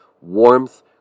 warmth